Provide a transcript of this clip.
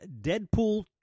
Deadpool